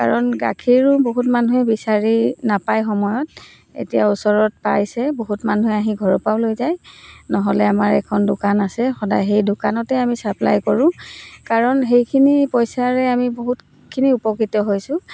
কাৰণ গাখীৰো বহুত মানুহে বিচাৰি নাপায় সময়ত এতিয়া ওচৰত পাইছে বহুত মানুহে আহি ঘৰৰপৰাও লৈ যায় নহ'লে আমাৰ এখন দোকান আছে সদায় সেই দোকানতে আমি চাপ্লাই কৰোঁ কাৰণ সেইখিনি পইচাৰে আমি বহুতখিনি উপকৃত হৈছোঁ